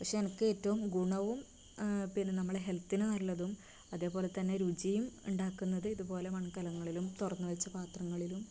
പഷെ എനക്ക് ഏറ്റവും ഗുണവും പിന്നെ നമ്മളെ ഹെൽത്തിന് നല്ലതും അതുപോലെതന്നെ രുചിയും ഉണ്ടാക്കുന്നത് ഇതുപോലെ മൺകാലങ്ങളിലും തുറന്ന് വെച്ച പാത്രങ്ങളിലും